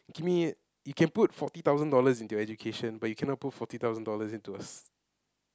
give me you can put forty thousand dollars into your education but you cannot put forty thousand dollars into a